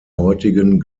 heutigen